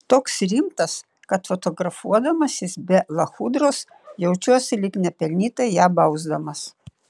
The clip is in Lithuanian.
toks rimtas kad fotografuodamasis be lachudros jaučiuosi lyg nepelnytai ją bausdamas